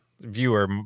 viewer